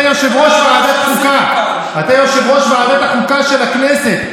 אתה יושב-ראש ועדת החוקה של הכנסת.